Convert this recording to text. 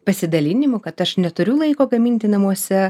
pasidalinimų kad aš neturiu laiko gaminti namuose